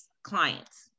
Clients